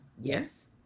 Yes